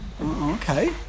Okay